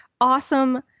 awesome